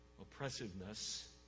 oppressiveness